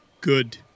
Good